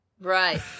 Right